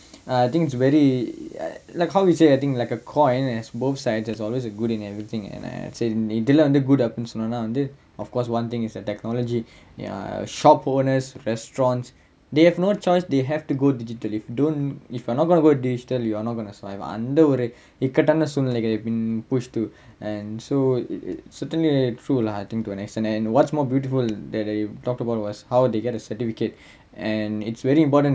uh I think it's very uh like you say I think it's very like there's cons on both sides there's always a good in everything and I say இதுல வந்து:ithula vanthu good அப்படின்னு சொன்னன்னா வந்து:appdinnu sonnannaa vanthu of course one thing is that technology ya shop owners restaurants they have no choice they have to go digital they don't if you're not going to go digital you're not going to survive அந்த ஒரு இக்கட்டான சூழ்நிலைக்கு:antha oru ikkattaana soolnilaikku been pushed to and so certainly true lah to an extent and what's more beautiful that you talked about was how they get a certificate and it's very important